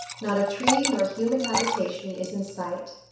not a tree nor human habitation is in sight.